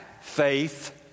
faith